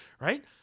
Right